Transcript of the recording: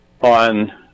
on